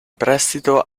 prestito